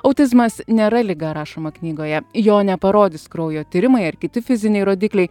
autizmas nėra liga rašoma knygoje jo neparodys kraujo tirimai ar kiti fiziniai rodikliai